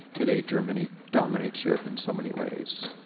today germany dominates europe in so many ways.